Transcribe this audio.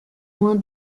loin